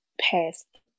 past